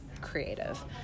creative